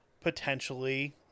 potentially